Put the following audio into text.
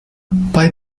bei